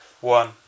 one